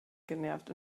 genervt